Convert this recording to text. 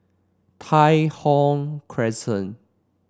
Tai Thong Crescent